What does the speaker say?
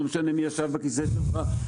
לא משנה מי ישב בכיסא שלך,